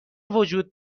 وجود